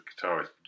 guitarist